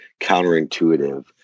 counterintuitive